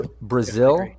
Brazil